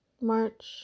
March